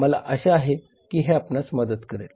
मला आशा आहे की हे आपणास मदत करेल